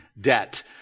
debt